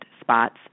spots